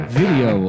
video